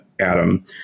Adam